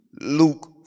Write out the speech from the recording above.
Luke